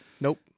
Nope